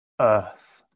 earth